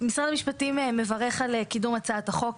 משרד המשפטים מברך על קידום הצעת החוק.